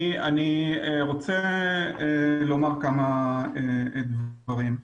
אני רוצה לומר כמה דברים.